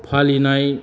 फालिनाय